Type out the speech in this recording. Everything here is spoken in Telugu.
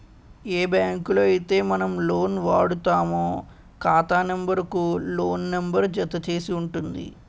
ఏ బ్యాంకులో అయితే మనం లోన్ వాడుతామో ఖాతా నెంబర్ కు లోన్ నెంబర్ జత చేసి ఉంటుంది